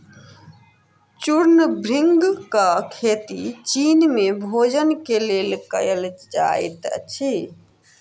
चूर्ण भृंगक खेती चीन में भोजन के लेल कयल जाइत अछि